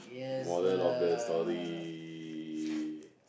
moral of the story